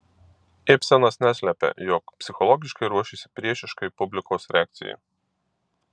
ibsenas neslepia jog psichologiškai ruošėsi priešiškai publikos reakcijai